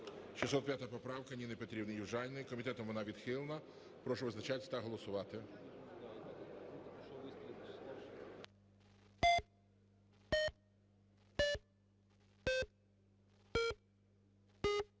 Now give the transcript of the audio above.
607 поправка Ніни Петрівни Южаніної. Комітетом вона відхилена. Прошу визначатися та голосувати.